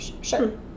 Sure